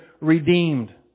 redeemed